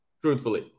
truthfully